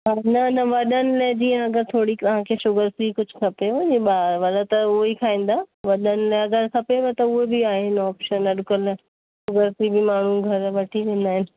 हा न न वॾनि लाइ जीअं अगरि तव्हांखे थोरी शुगर फ़्री खपेव ॿार वार त हूअ ई खाईंदा वॾनि लाइ अगरि खपेव त उहे बि आहिनि ऑप्शन अॼकल्ह उहे बि माण्हू घर वठी वेंदा आहिनि